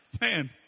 man